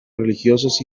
religiosas